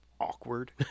awkward